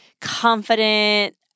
confident